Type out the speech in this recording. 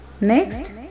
Next